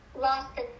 lost